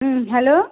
হুম hello